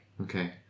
Okay